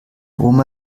oma